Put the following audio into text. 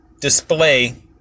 display